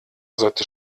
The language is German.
sollte